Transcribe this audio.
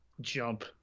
jump